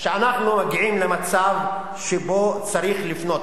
שאנחנו מגיעים למצב שבו צריך לפנות,